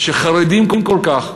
שחרדים כל כך,